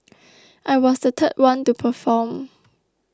I was the third one to perform